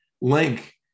link